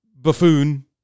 buffoon